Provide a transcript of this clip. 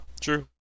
True